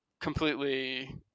completely